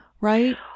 right